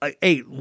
Hey